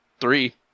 three